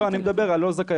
אנגליה